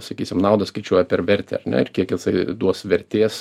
sakysim naudą skaičiuoja per vertę ar ne ir kiek jisai duos vertės